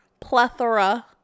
Plethora